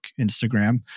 Instagram